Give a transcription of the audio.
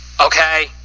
Okay